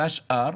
והשאר?